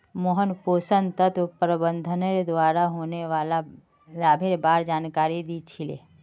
मोहन पोषण तत्व प्रबंधनेर द्वारा होने वाला लाभेर बार जानकारी दी छि ले